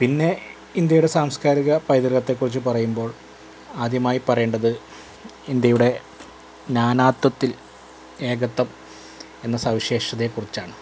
പിന്നെ ഇന്ത്യയുടെ സാംസ്കാരിക പൈതൃകത്തെകുറിച്ച് പറയുമ്പോൾ അദ്യമായി പറയേണ്ടത് ഇന്ത്യയുടെ നാനാത്ത്വത്തിൽ എകത്ത്വം എന്ന സവിശേഷതയെക്കുറിച്ചാണ്